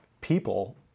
people